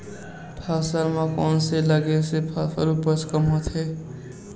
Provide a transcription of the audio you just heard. फसल म कोन से लगे से फसल उपज कम होथे?